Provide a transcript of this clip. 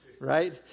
right